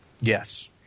yes